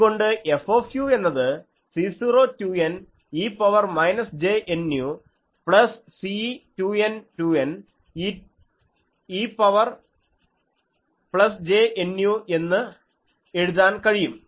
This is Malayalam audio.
അതുകൊണ്ട് F എന്നത് C02N e power minus j Nu plus C2N2N e power plus j Nu എന്ന് എഴുതാൻ കഴിയും